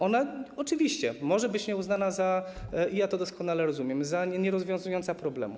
Ona oczywiście może być uznana - i ja to doskonale rozumiem - za nierozwiązującą problemu.